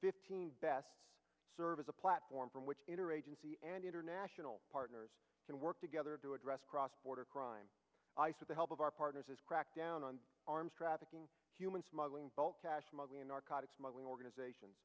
fifteen best serve as a platform from which interagency and international partners can work together to address cross border crime ice with the help of our partners his crackdown on arms trafficking human smuggling bulk cash money narcotics smuggling organizations